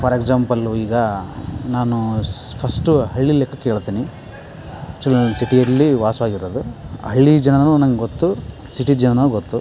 for ಎಕ್ಸಾಂಪ್ಲಲು ಈಗ ನಾನು ಸ್ ಫಸ್ಟು ಹಳ್ಳಿ ಲೆಕ್ಕಕ್ಕೇಳ್ತೀನಿ ಚು ಸಿಟಿಲಿ ವಾಸವಾಗಿರೋದು ಹಳ್ಳಿ ಜನನೂ ನನಗೊತ್ತು ಸಿಟಿ ಜನನೂ ಗೊತ್ತು